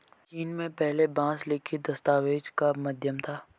चीन में पहले बांस लिखित दस्तावेज का माध्यम था